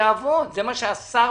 נכון.